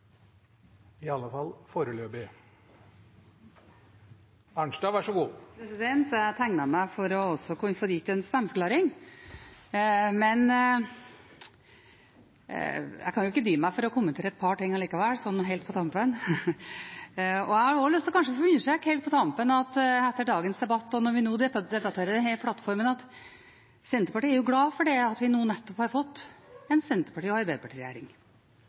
også å få gi en stemmeforklaring, men jeg kan ikke dy meg for å kommentere et par ting likevel helt på tampen. Jeg har lyst til å understreke helt på tampen etter dagens debatt, når vi nå debatterer denne plattformen, at Senterpartiet er glad for at vi har fått en Senterparti- og